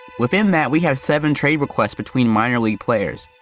within that, we have seven trade requests between minor league players.